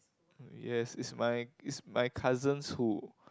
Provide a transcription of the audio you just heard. yes it's my it's my cousins who